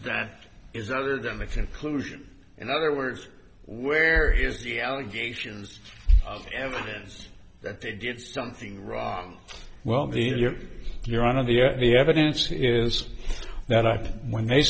that is other than the conclusion in other words where is the allegations evidence that they did something wrong well these are your on of the the evidence is that i when they